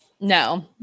No